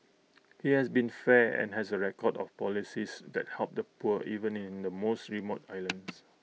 he has been fair and has A record of policies that help the poor even in the most remote islands